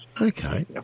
Okay